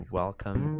welcome